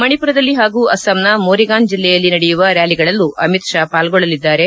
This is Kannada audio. ಮಣಿಮರದಲ್ಲಿ ಹಾಗೂ ಅಸ್ಸಾಂನ ಮೋರಿಗಾನ್ ಜಿಲ್ಲೆಯಲ್ಲಿ ನಡೆಯುವ ರ್ಕಾಲಿಗಳಲ್ಲೂ ಅಮಿತ್ ಶಾ ಪಾಲ್ಗೊಳ್ಳಲಿದ್ದಾರೆ